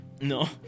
No